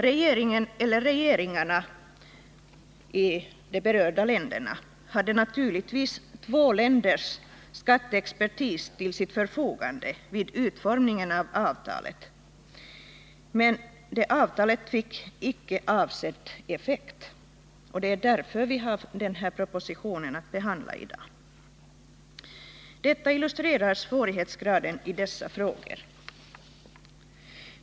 Regeringen eller regeringarna i de berörda länderna hade naturligtvis två länders skatteexpertis till sitt förfogande vid utformningen av avtalet, men avtalet fick icke avsedd effekt. Det är därför vi har en proposition att behandla i dag. Detta illustrerar svårighetsgraden i dessa frågor.